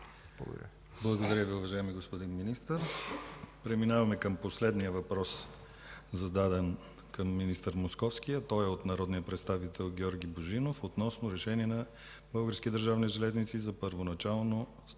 Благодаря Ви, уважаеми господин Министър. Преминаваме към последния въпрос, зададен към министър Московски, а той е от народния представител Георги Божинов относно решение на „Български държавни